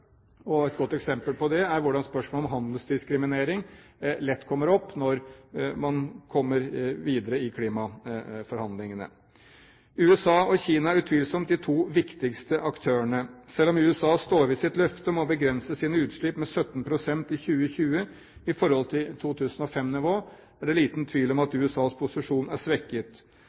Et godt eksempel på det er hvordan spørsmål om handelsdiskriminering lett kommer opp når man kommer videre i klimaforhandlingene. USA og Kina er utvilsomt de to viktigste aktørene. Selv om USA står ved sitt løfte om å begrense sine utslipp med 17 pst. i 2020 i forhold til 2005-nivå, er det liten tvil om at USAs posisjon er svekket.